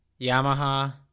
Yamaha